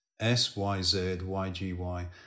S-Y-Z-Y-G-Y